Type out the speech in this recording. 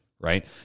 right